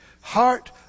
heart